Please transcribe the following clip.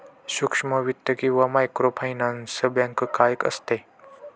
सूक्ष्म वित्त किंवा मायक्रोफायनान्स बँक काय असते?